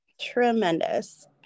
Tremendous